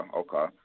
okay